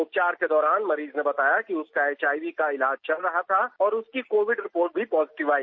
उपचार के दौरान मरीज ने बताया कि उसका एचआईवी का इलाज चल रहा था और उसकी कोविड रिपोर्ट भी पॉजिटिव आई